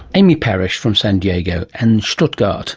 amy parish from san diego and stuttgart